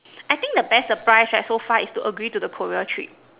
I think the best surprise right so far is to agree to the Korea trip